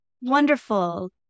Wonderful